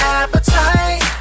appetite